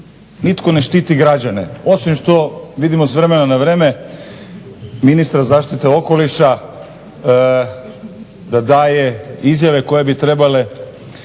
nitko ne štiti građane, osim što vidimo s vremena na vrijeme ministra zaštite okoliša da daje izjave koje bi trebale